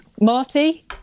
Marty